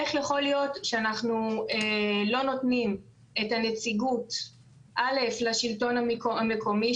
איך יכול להיות שאנחנו לא נותנים את הנציגות א' לשלטון המקומי?